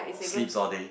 sleeps all day